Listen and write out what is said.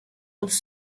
uns